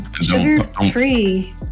Sugar-free